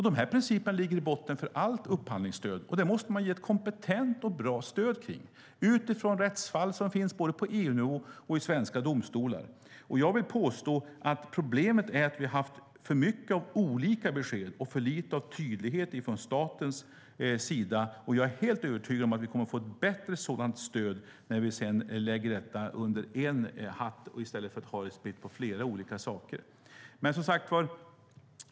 Dessa principer ligger till grund för allt upphandlingsstöd, och det måste man ge ett kompetent och bra stöd till utifrån rättsfall som finns både på EU-nivå och i svenska domstolar. Jag vill påstå att problemet är att vi har haft för mycket olika besked och för lite tydlighet från statens sida. Jag är helt övertygad om att vi kommer att få ett bättre sådant stöd när vi lägger detta under en hatt i stället för att ha det utspritt.